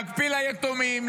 להקפיא ליתומים,